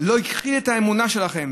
לא הכחיד את האמונה שלכם,